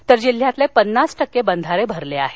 तर जिल्ह्यातील पन्नास टक्के बंधारे भरले आहेत